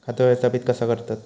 खाता व्यवस्थापित कसा करतत?